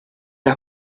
las